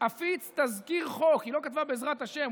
אפיץ תזכיר חוק" היא לא כתבה "בעזרת השם",